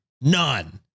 None